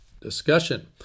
Discussion